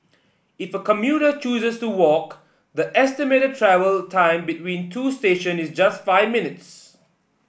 if a commuter chooses to walk the estimated travel time between two station is just five minutes